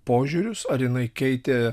požiūrius ar jinai keitė